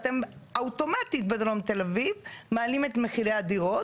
אתם אוטומטית בדרום תל אביב מעלים את מחירי הדירות,